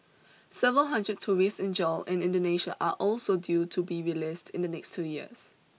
several hundred terrorists in jail in Indonesia are also due to be released in the next two years